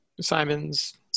Simons